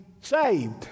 saved